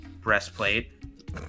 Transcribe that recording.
breastplate